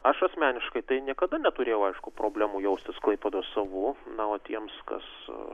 aš asmeniškai tai niekada neturėjau aišku problemų jaustis klaipėdoj savu na otiems kas